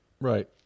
Right